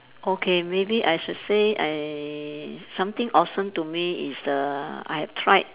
okay maybe I should say I something awesome to me is uh I have tried